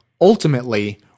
Ultimately